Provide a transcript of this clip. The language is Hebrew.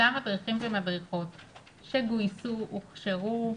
אותם מדריכים ומדריכות שגויסו, הוכשרו,